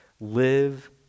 Live